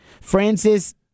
Francis